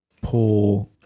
poor